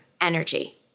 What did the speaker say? energy